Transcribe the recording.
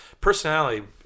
Personality